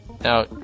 Now